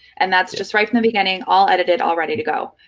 and that's just right from the beginning, all edited, all ready to go.